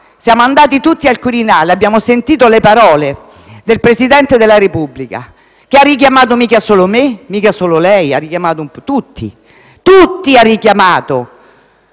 Siamo andati tutti al Quirinale e abbiamo sentito le parole del Presidente della Repubblica, che non ha richiamato solo me o solo lei, ma tutti. Ha richiamato